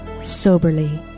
soberly